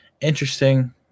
interesting